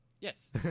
yes